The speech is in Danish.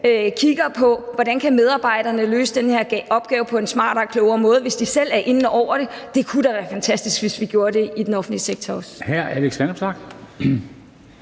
kigger på, hvordan medarbejderne kan løse den her opgave på en smartere og klogere måde, hvis de selv er inde over det; det kunne da være fantastisk, hvis vi gjorde det i den offentlige sektor også.